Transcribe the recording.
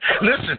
Listen